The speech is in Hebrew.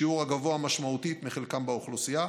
שיעור הגבוה משמעותית מחלקם באוכלוסייה.